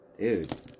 Dude